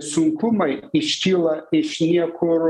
sunkumai iškyla iš niekur